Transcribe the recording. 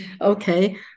Okay